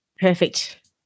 perfect